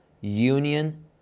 Union